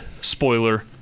spoiler